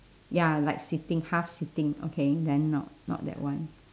ya like sitting half sitting okay then not not that one